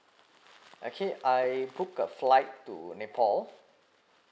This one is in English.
okay I book a flight to nepal